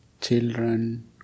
children